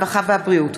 הרווחה והבריאות,